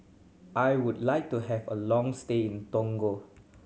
I would like to have a long stay in Togo